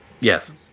Yes